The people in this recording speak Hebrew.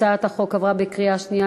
הצעת החוק עברה בקריאה שנייה.